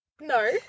No